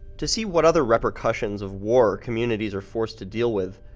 to see what other repercussions of war communities are forced to deal with,